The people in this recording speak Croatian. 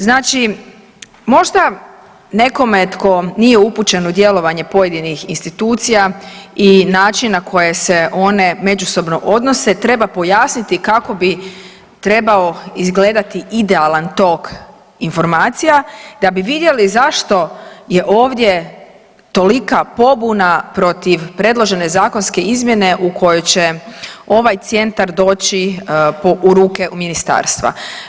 Znači, možda nekome tko nije upućen u djelovanje pojedinih institucija i načina na koji se one međusobno odnose, treba pojasniti kako bi trebao izgledati idealan tok informacija da bi vidjeli zašto je ovdje tolika pobuna protiv predložene zakonske izmjene u kojoj će ovaj Centar doći u ruke Ministarstva.